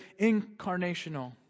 incarnational